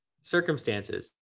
circumstances